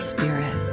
Spirit